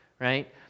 right